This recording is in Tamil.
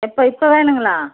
எப்போ இப்போ வேணுங்களா